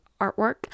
artwork